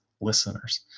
listeners